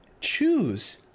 choose